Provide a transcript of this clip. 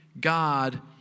God